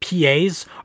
PAs